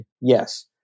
Yes